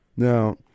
Now